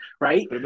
right